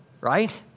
right